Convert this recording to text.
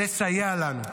מסייע לנו.